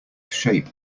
shape